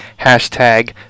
hashtag